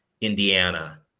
Indiana